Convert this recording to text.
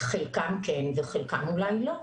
חלקם כן וחלקם אולי לא.